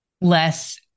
less